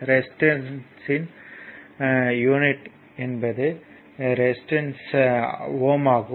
ரெசிஸ்டர்யின் unit என்பது resistance Ω ஆகும்